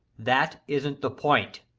that isn't the point.